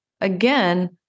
Again